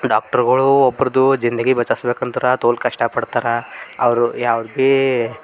ಡಾಕ್ಟರ್ಗಳು ಒಬ್ರದ್ದು ಜಿಂದಗಿ ಬಚಾಯಿಸ್ಬೇಕಂದ್ರ ತೋಲ್ ಕಷ್ಟ ಪಡ್ತಾರ ಅವರು ಯಾರು ಭೀ